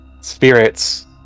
spirits